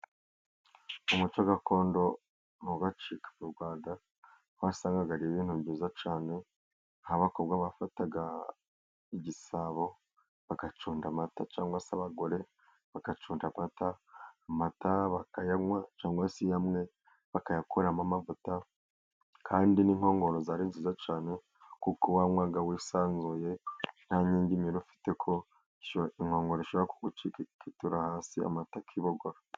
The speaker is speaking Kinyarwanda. Umuco gakondo ntugacike mu Rwanda, wasangaga ari ibintu byiza cyane, ahabakobwa bafataga igisabo, bagacunda amata, cyangwa se abagore bagacunda amata, amata bakayanywa, cyangwa se amwe bakayakuramo amavuta, kandi n'inkongoro zari nziza cyane, kuko wanywaga wisanzuye, nta ngingimira ufite ko inkongoro, ishobora kugucika, ikitura hasi, amata akibogora.